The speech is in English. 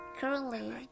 Currently